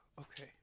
Okay